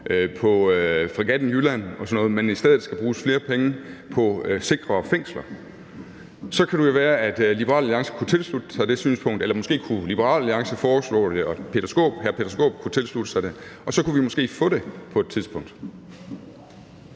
på Fregatten Jylland og sådan noget, og i stedet siger, at der skal bruges flere penge på sikre fængsler, så kan det jo være, at Liberal Alliance kunne tilslutte sig det synspunkt. Eller måske kunne Liberal Alliance foreslå det, og så kunne hr. Peter Skaarup tilslutte sig det, og så kunne vi måske få det på et tidspunkt.